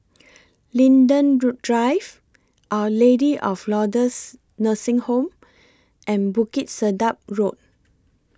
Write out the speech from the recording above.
Linden Drive Our Lady of Lourdes Nursing Home and Bukit Sedap Road